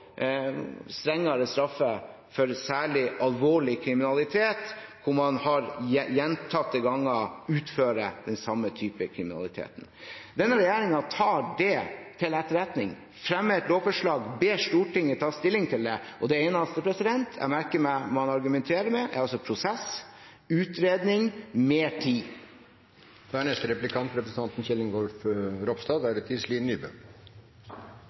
strengere straffer for særlig alvorlig kriminalitet, hvor man gjentatte ganger har utført den samme typen kriminalitet. Denne regjeringen tar det til etterretning, fremmer et lovforslag og ber Stortinget ta stilling til det, og det eneste jeg merker meg at man argumenterer med, er altså prosess, utredning og mer tid. Vi opererer jo ikke med strafferabatt i Norge, men statsråden snakker om strafferabatt i sitt innlegg. Derfor er